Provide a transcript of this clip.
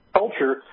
culture